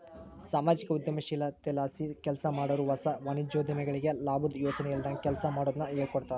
ಸಾಮಾಜಿಕ ಉದ್ಯಮಶೀಲತೆಲಾಸಿ ಕೆಲ್ಸಮಾಡಾರು ಹೊಸ ವಾಣಿಜ್ಯೋದ್ಯಮಿಗಳಿಗೆ ಲಾಬುದ್ ಯೋಚನೆ ಇಲ್ದಂಗ ಕೆಲ್ಸ ಮಾಡೋದುನ್ನ ಹೇಳ್ಕೊಡ್ತಾರ